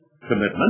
commitment